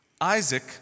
Isaac